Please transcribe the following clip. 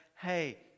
Hey